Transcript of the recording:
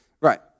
Right